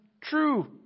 true